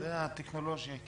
בקצרה.